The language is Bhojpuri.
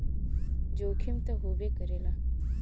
जोखिम त होबे करेला